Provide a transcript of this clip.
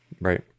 Right